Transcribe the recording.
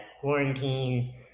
quarantine